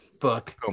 Fuck